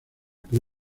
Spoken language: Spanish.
que